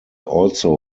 also